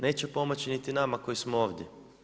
Neće pomoći niti nama koji smo ovdje.